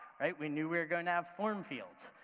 we knew we were going to have form fields,